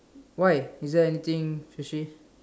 why is there anything fishy